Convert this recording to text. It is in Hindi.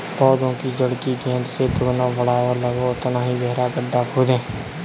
पौधे की जड़ की गेंद से दोगुना बड़ा और लगभग उतना ही गहरा गड्ढा खोदें